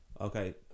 okay